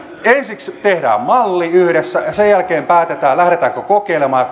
ensiksi tehdään malli yhdessä ja sen jälkeen päätetään lähdetäänkö kokeilemaan